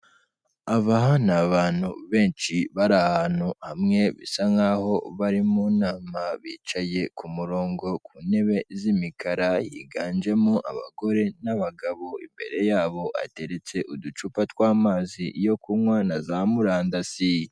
Aba ni abantu benshi bari ahantu hamwe, bisa nk'aho bari mu nama. Bicaye ku murongo, ku ntebe z'imikara. Higanjemo abagore n'abagabo, imbere yabo hateretse uducupa tw'amazi yo kunywa na za murandasi.